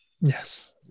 Yes